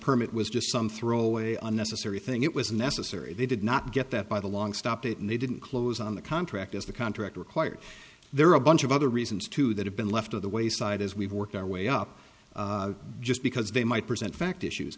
permit was just some throwaway unnecessary thing it was unnecessary they did not get that by the long stopped it and they didn't close on the contract as the contract required there are a bunch of other reasons too that have been left to the wayside as we work our way up just because they might present fact issues